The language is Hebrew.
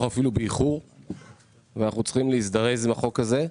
אפילו באיחור ואנחנו צריכים להזדרז עם החוק הזה,